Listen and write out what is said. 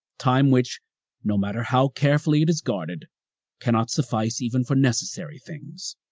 time which no matter how carefully it is guarded can not suffice even for necessary things.